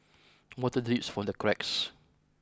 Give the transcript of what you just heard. water drips from the cracks